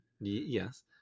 yes